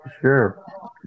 sure